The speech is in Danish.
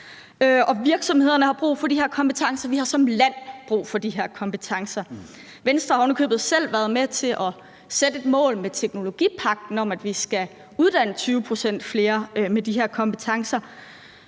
Virksomhederne har brug for de her kompetencer, og vi har som land brug for de her kompetencer. Venstre har ovenikøbet selv været med til at sætte et mål med teknologipagten om, at vi skal uddanne 20 pct. flere med de her kompetencer.